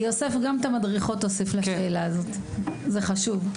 יוסף, גם את המדריכות תוסיף לשאלה הזו, זה חשוב.